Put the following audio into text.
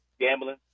gambling